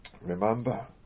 Remember